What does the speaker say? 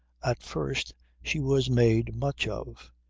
at first she was made much of,